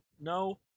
no